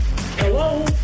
Hello